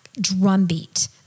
drumbeat